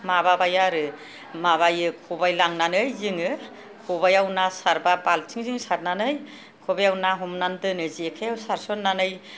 माबाबाय आरो माबायो खबाइ लांनानै जोङो खबाइयाव ना सारबा बालथिंजों सारनानै खबाइआव ना हमनानै दोनो जोङो जेखाइआव सारसनानै